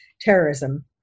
terrorism